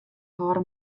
hâlde